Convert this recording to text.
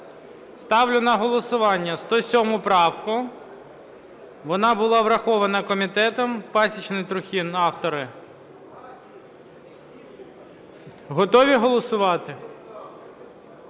Ставлю на голосування 107 правку. Вона була врахована комітетом. Пасічний, Трухін автори. Готові голосувати?